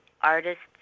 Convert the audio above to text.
artists